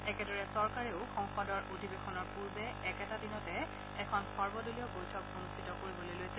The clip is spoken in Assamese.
একেদৰে চৰকাৰেও সংসদৰ অধিৱেশনৰ পূৰ্বে একেটা দিনতে এখন সৰ্বদলীয় বৈঠক অনুষ্ঠিত কৰিবলৈ লৈছে